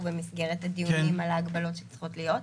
במסגרת הדיונים על ההגבלות שצריכות להיות,